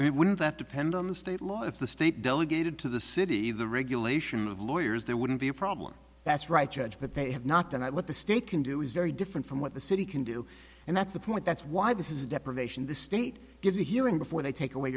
i mean wouldn't that depend on the state law if the state delegated to the city the regulation of lawyers there wouldn't be a problem that's right judge but they have not done that what the state can do is very different from what the city can do and that's the point that's why this is deprivation the state gives a hearing before they take away